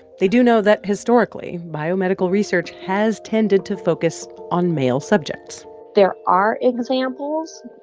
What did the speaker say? they do know that, historically, biomedical research has tended to focus on male subjects there are examples.